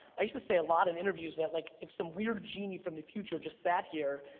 i used to say a lot in interviews that like if some weird genie from the future just sat here,